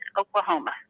Oklahoma